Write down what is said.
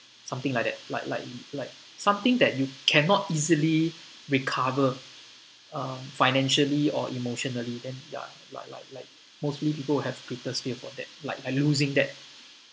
something like that like like like something that you cannot easily recover um financially or emotionally then ya like like like mostly people will have greatest fear for that like like losing that